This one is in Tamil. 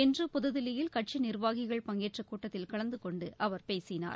இன்று புதுதில்லியில் கட்சி நிர்வாகிகள் பங்கேற்றக் கூட்டத்தில் கலந்து கொண்டு அவர் பேசினார்